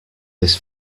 this